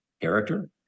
character